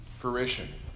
fruition